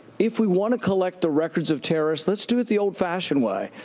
if we want to collect the records of terrorists, let's do it the old fashioned way.